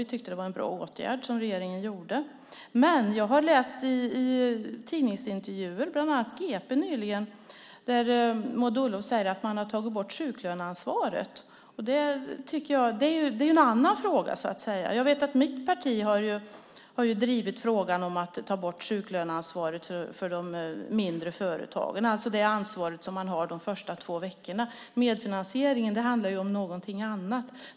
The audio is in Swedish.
Vi tyckte att det var en bra åtgärd som regeringen gjorde. Jag har läst tidningsintervjuer, bland annat i GP nyligen, där Maud Olofsson säger att man har tagit bort sjuklöneansvaret. Men det är en annan fråga. Mitt parti har drivit frågan om att ta bort sjuklöneansvaret för de mindre företagen, alltså det ansvar man har de första två veckorna. Medfinansieringen handlar om något annat.